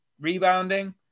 rebounding